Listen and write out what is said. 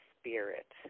spirit